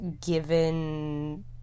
given